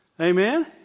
Amen